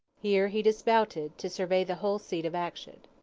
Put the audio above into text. here he dismounted to survey the whole scene of action.